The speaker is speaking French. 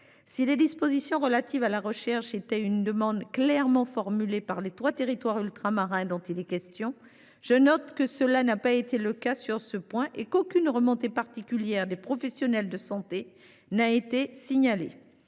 Si les dispositions relatives à la recherche étaient une demande clairement formulée par les trois territoires ultramarins dont il est question, je note que cela n’a pas été le cas sur ce point et qu’aucune remontée particulière des professionnels de santé n’y a été signalée.